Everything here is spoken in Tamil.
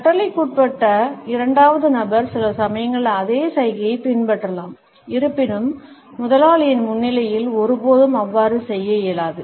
கட்டளைக்குட்பட்ட இரண்டாவது நபர் சில சமயங்களில் அதே சைகையை பின்பற்றலாம் இருப்பினும் முதலாளியின் முன்னிலையில் ஒருபோதும் அவ்வாறு செய்ய இயலாது